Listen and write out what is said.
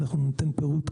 אנחנו ניתן פירוט,